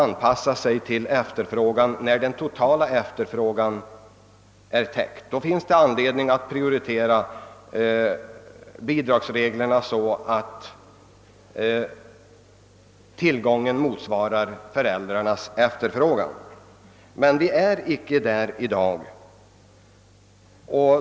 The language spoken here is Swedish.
anpassa sig till efterfrågan särskilt när den totala efterfrågan har blivit täckt: Då kan man ha anledning att prioritera bidragsreglerna så att tillgången svarar . mot föräldrarnas efterfrågan. Men där är vi inte i dag.